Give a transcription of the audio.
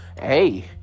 hey